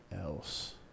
else